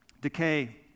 decay